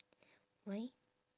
why